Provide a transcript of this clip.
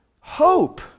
hope